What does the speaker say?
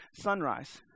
sunrise